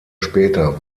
später